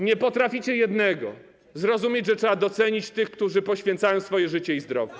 Nie potraficie jednego: zrozumieć, że trzeba docenić tych, którzy poświęcają swoje życie i zdrowie.